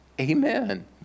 Amen